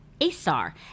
asar